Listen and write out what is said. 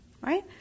Right